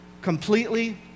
completely